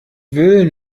will